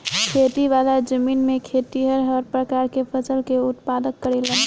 खेती वाला जमीन में खेतिहर हर प्रकार के फसल के उत्पादन करेलन